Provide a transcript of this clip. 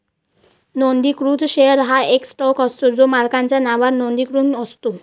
नोंदणीकृत शेअर हा एक स्टॉक असतो जो मालकाच्या नावावर नोंदणीकृत असतो